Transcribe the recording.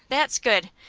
that's good!